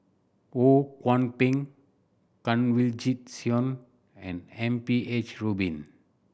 Ho Kwon Ping Kanwaljit Soin and M P H Rubin